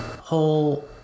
whole